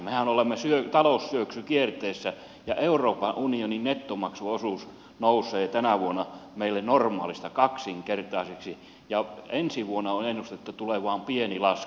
mehän olemme taloussyöksykierteessä ja euroopan unionin nettomaksuosuus nousee tänä vuonna meille normaalista kaksinkertaiseksi ja on ennustettu että ensi vuonna tulee vain pieni lasku